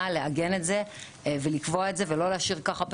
לעגן את זה ולקבוע את זה ולא להשאיר ככה פתוח,